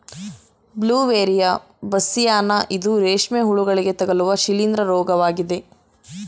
Beauveria bassiana ಇದು ರೇಷ್ಮೆ ಹುಳುಗಳಿಗೆ ತಗಲುವ ಶಿಲೀಂದ್ರ ರೋಗವಾಗಿದೆ